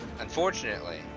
Unfortunately